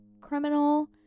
criminal